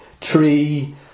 tree